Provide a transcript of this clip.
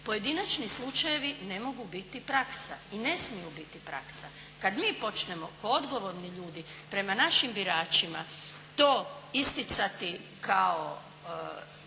Pojedinačni slučajevi ne mogu biti praksa i ne smiju biti praksa. Kad mi počnemo kao odgovorni ljudi prema našim biračima to isticati kao